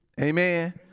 Amen